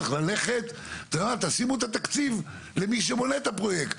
צריך ללכת ולשים את התקציב למי שבונה את הפרויקט.